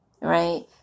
right